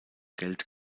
geld